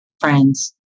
friends